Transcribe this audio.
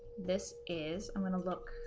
this is, i'm gonna look,